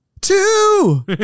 Two